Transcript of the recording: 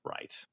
right